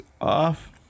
off